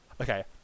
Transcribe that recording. Okay